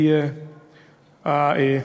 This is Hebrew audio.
אדוני היושב-ראש,